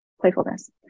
playfulness